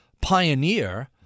pioneer